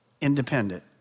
Independent